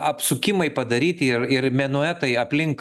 apsukimai padaryti ir ir menuetai aplink